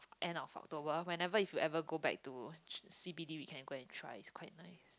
end of October whenever if you ever go back to C_B_D we can go and try it's quite nice